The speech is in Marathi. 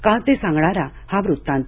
का ते सांगणारा हा वृत्तात